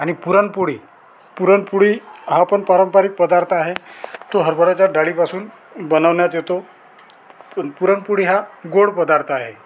आणि पुरण पोळी पुरण पोळी हा पण पारंपरिक पदार्थ आहे तो हरभऱ्याच्या डाळीपासून बनवण्यात येतो पुरण पोळी हा गोड पदार्थ आहे